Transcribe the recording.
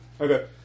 Okay